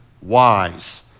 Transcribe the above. wise